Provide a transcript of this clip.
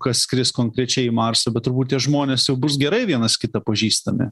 kas skris konkrečiai į marsą bet turbūt tie žmonės jau bus gerai vienas kitą pažįstami